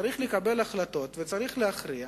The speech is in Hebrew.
צריך לקבל החלטות וצריך להכריע,